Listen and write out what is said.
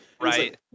right